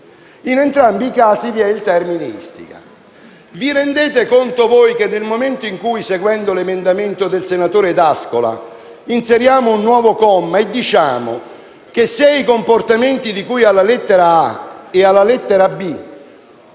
In entrambi i casi vi è il termine «istiga». Vi rendete conto che, nel momento in cui, seguendo l'emendamento del senatore D'Ascola, inseriamo un nuovo comma e diciamo che, se i comportamenti di cui alle lettere *a)* e